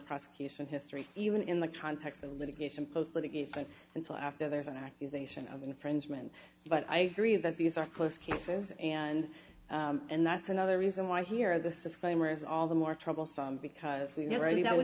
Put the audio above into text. prosecution history even in the context of litigation post litigation and so after there's an accusation of infringement but i agree that these are close cases and and that's another reason why here this is going whereas all the more troublesome because we